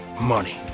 Money